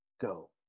go